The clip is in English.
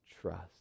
trust